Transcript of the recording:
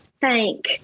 thank